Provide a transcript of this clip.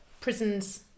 prisons